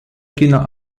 kina